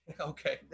Okay